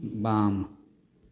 वाम